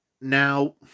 Now